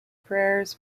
prayers